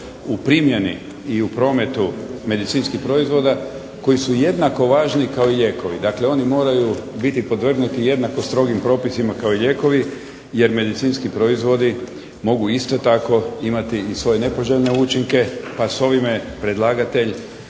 u primjeni i u prometu medicinskih proizvoda koji su jednako važni kao i lijekovi. Dakle, oni moraju biti podvrgnuti jednako strogim propisima kao i lijekovi, jer medicinski proizvodi mogu isto tako imati i svoje nepoželjne učinke pa s ovime predlagatelj